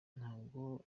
ntabwo